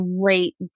great